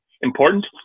important